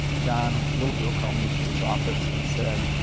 john littlefield called me to his office and said,